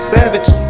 Savage